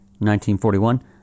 1941